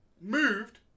moved